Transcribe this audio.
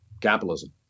capitalism